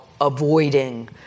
avoiding